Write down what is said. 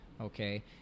Okay